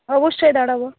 অবশ্যই দাঁড়াব